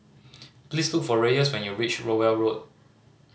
please look for Reyes when you reach Rowell Road